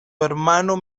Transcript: hermano